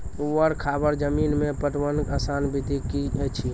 ऊवर खाबड़ जमीन मे पटवनक आसान विधि की ऐछि?